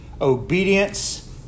Obedience